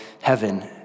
heaven